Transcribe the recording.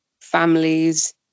families